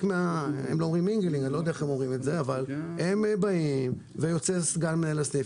הם באים ויוצא אליהם סגן מנהל הסניף,